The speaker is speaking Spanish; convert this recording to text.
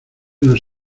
nos